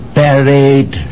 buried